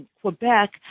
Quebec